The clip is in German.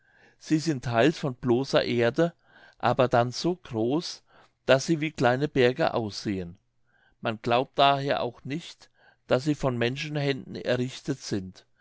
sie sind theils von bloßer erde aber dann so groß daß sie wie kleine berge aussehen man glaubt daher auch nicht daß sie von menschenhänden errichtet sind